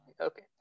Okay